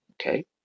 Okay